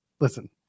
listen